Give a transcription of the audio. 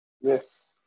Yes